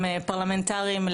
פרלמנטריים,